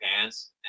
pants